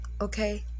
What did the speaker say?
Okay